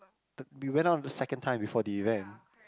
uh t~ we went out the second time before the event